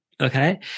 okay